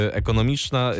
ekonomiczna